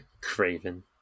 Craven